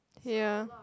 ya